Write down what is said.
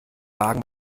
wagen